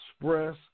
express